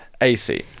AC